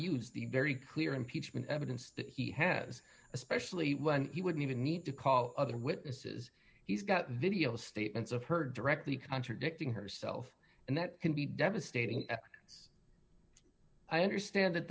the very clear impeachment evidence that he has especially when he wouldn't even need to call other witnesses he's got video statements of her directly contradicting herself and that can be devastating yes i understand that